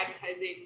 advertising